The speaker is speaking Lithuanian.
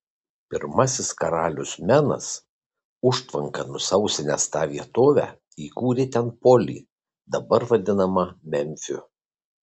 pirmasis karalius menas užtvanka nusausinęs tą vietovę įkūrė ten polį dabar vadinamą memfiu